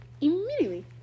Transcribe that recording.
immediately